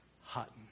Hutton